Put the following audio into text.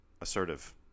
Assertive